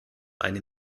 eine